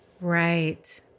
Right